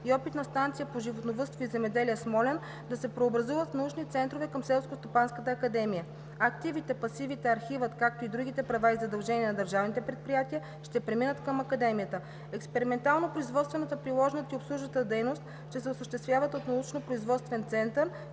и Опитна станция по животновъдство и земеделие – Смолян, да се преобразуват в научни центрове към Селскостопанската академия. Активите, пасивите, архивът, както и другите права и задължения на държавните предприятия ще преминат към Академията. Експериментално-производствената, приложната и обслужващата дейност ще се осъществяват от „Научно-производствен център“,